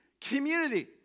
community